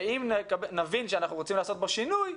אם נבין שאנחנו רוצים לעשות בו שינוי,